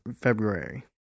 February